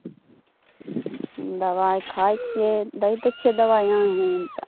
दवाइ खाइ छियै दै तऽ छियै दवाइ अहीँ